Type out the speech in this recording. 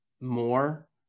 more